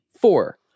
Four